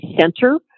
center